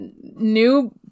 new